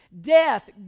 death